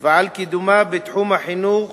ועל קידומה בתחום החינוך,